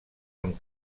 amb